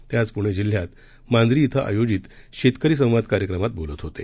तेआजपुणेजिल्ह्यातमांजरीइथंआयोजितशेतकरीसंवादकार्यक्रमातबोलतहोते